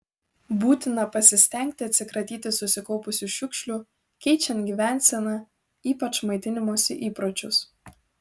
būtina pasistengti atsikratyti susikaupusių šiukšlių keičiant gyvenseną ypač maitinimosi įpročius